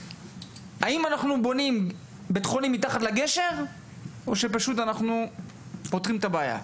האם אנחנו בונים בית חולים מתחת לגשר או שפשוט אנחנו פותרים את הבעיה?